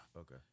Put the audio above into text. Okay